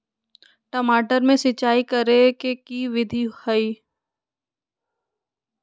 टमाटर में सिचाई करे के की विधि हई?